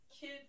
Kid